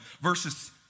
Verses